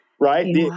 right